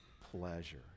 pleasure